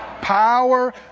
power